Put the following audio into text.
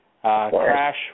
Crash